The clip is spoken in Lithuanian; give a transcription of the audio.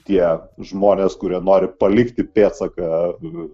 tie žmonės kurie nori palikti pėdsaką